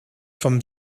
vom